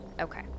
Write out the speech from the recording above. Okay